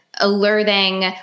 alerting